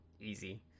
easy